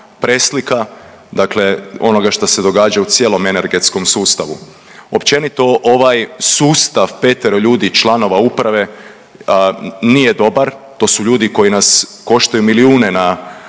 preslika dakle onoga što se događa u cijelom energetskom sustavu. Općenito ovaj sustav petero ljudi članova uprave nije dobar, to su ljudi koji nas koštaju milijune na